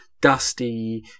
dusty